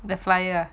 the flyer